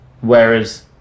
Whereas